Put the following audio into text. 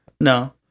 No